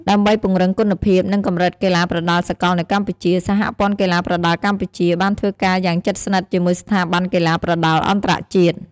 ដើម្បីពង្រឹងគុណភាព និងកម្រិតកីឡាប្រដាល់សកលនៅកម្ពុជា សហព័ន្ធកីឡាប្រដាល់កម្ពុជា បានធ្វើការយ៉ាងជិតស្និទ្ធជាមួយស្ថាប័នកីឡាប្រដាល់អន្តរជាតិ។